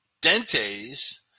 Dentes